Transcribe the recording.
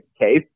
case